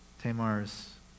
Tamar's